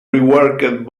reworked